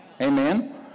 Amen